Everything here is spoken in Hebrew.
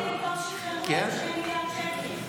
אולי פתאום שחררו 2 מיליארד שקל,